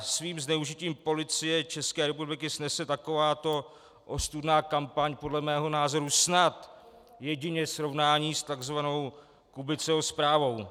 Svým zneužitím Policie České republiky snese takováto ostudná kampaň podle mého názoru snad jedině srovnání s takzvanou Kubiceho zprávou.